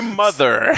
mother